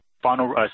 final